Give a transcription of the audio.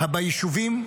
ביישובים,